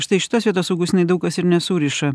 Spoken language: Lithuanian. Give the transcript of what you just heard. štai šitos vietos augustinui daug kas ir nesuriša